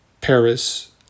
paris